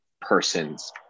persons